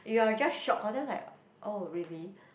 you are just shock um like oh really